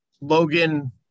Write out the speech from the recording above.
Logan